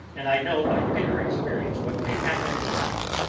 and i know by bitter experience what may happen in a night.